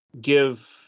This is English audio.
give